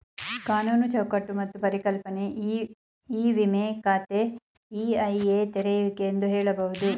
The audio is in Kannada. ಕಾನೂನು ಚೌಕಟ್ಟು ಮತ್ತು ಪರಿಕಲ್ಪನೆ ಇ ವಿಮ ಖಾತೆ ಇ.ಐ.ಎ ತೆರೆಯುವಿಕೆ ಎಂದು ಹೇಳಬಹುದು